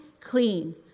clean